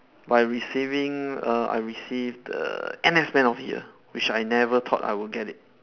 by receiving err I receive the N_S man of the year which I never thought I would get it